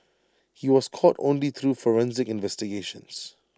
he was caught only through forensic investigations